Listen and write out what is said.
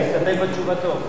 להסתפק בתשובתו.